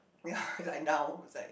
ya and now is like